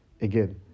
again